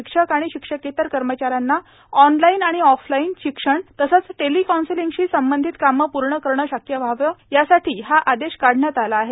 शिक्षक आणि शिक्षकेतर कर्मचाऱ्यांना ऑनलाईन आणि ऑफलाईन शिक्षण तसेच टेलिकौन्सेलिंगशी संबंधित काम पूर्ण करणे शक्य व्हावे यासाठी हा आदेश काढण्यात आला आहे